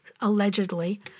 allegedly